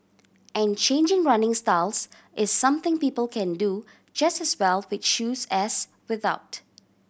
and changing running styles is something people can do just as well with shoes as without